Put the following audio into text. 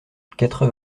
quatre